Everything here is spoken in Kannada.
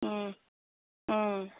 ಹ್ಞೂ ಹ್ಞೂ